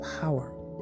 power